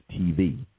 TV